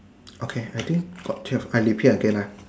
okay I think got twelve I repeat again ah